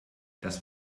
das